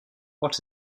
what